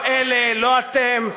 לא אלה, לא אתם,